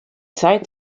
zeit